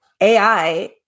AI